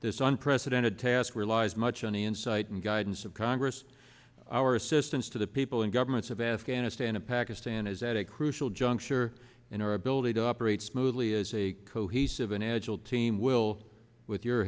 this unprecedented task relies much any insight and guidance of congress our assistance to the people and governments of afghanistan and pakistan is at a crucial juncture in our ability to operate smoothly as a cohesive and agile team will with your